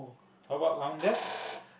how about rounders